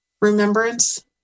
remembrance